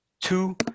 two